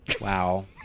Wow